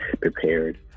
prepared